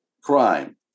crime